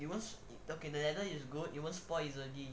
it won't the leather is good it won't spoil easily